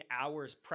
hours